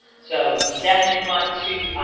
so you definitely want to.